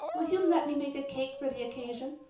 will you let me make a cake for the occasion?